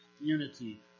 unity